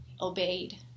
obeyed